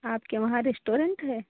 आपके वहाँ रेस्टोरेंट है